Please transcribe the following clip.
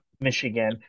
michigan